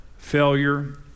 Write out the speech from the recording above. Failure